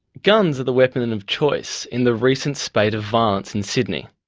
guns are the weapon and of choice in the recent spate of violence in sydney,